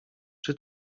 czy